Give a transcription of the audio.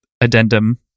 addendum